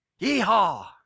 Yeehaw